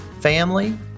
family